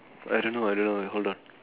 I don't know I don't know hold on